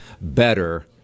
better